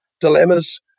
dilemmas